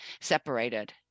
separated